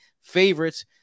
favorites